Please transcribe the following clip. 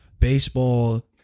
Baseball